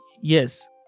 Yes